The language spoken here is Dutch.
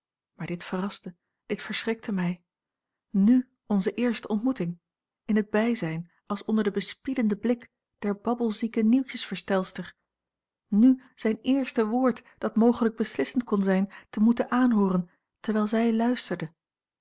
maar dit verraste dit verschrikte mij n onze eerste ontmoeting in het bijzijn als onder den bespiedenden blik der babbelzieke nieuwtjesvertelster n zijn eerste woord dat mogelijk beslissend kon zijn te moeten aanhooren terwijl zij luisterde